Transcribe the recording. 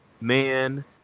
man